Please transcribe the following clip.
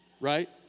right